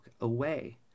away